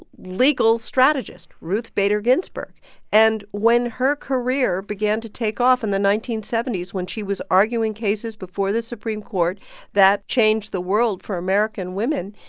legal strategist ruth bader ginsburg and when her career began to take off in the nineteen seventy s, when she was arguing cases before the supreme court that changed the world for american women,